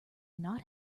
not